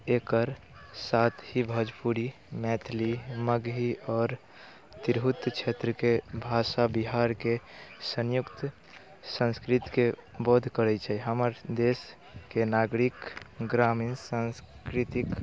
एकर साथ ही भोजपुरी मैथिली मगही आओर तिरहुत क्षेत्रके भाषा बिहारके संयुक्त संसकृतिके बोध करै छै हमर देशके नागरिक ग्रामीण सांस्कृतिक